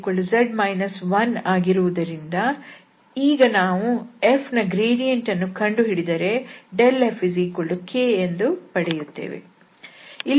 fxyzz 1ಆಗಿರುವುದರಿಂದ ಈಗ ನಾವು f ನ ಗ್ರೇಡಿಯಂಟ್ ಅನ್ನು ಕಂಡುಹಿಡಿದರೆ ∇fk ಎಂದು ಪಡೆಯುತ್ತೇವೆ